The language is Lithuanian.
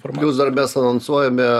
plius dar mes anonsuojame